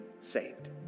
saved